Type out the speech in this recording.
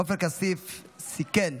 עופר כסיף סיכן,